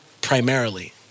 primarily